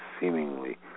seemingly